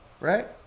right